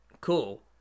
Cool